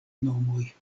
nomoj